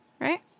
right